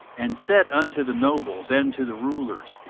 and said unto the nobles, and to the rulers,